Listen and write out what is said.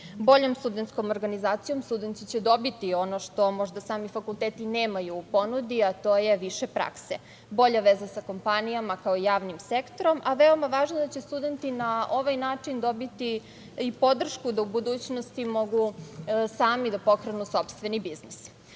Boljom studentskom organizacijom studenti će dobiti ono što možda sami fakulteti nemaju u ponudi, a to je više prakse, bolja veza sa kompanijama, kao i javnim sektorom, a veoma važno je da će studenti na ovaj način dobiti i podršku da u budućnosti mogu sami da pokrenu sopstveni biznis. Meni